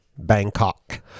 bangkok